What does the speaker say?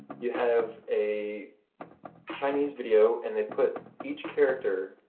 you have a chinese video and they put each character